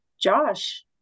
Josh